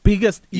Biggest